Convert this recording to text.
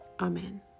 Amen